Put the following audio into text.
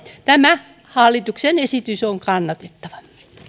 tämä hallituksen esitys on kannatettava